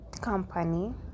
company